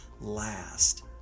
last